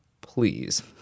please